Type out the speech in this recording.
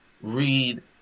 read